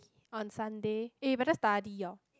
on Sunday eh eh better study orh